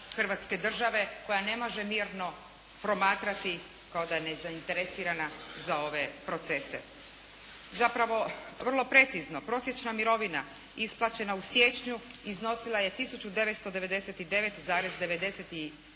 Hrvatske Države koja ne može mirno promatrati kao da je nezainteresirana za ove procese. Zapravo vrlo precizno, prosječna mirovina isplaćena u siječnju iznosila je tisuću